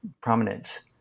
prominence